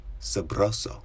Sabroso